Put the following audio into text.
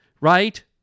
right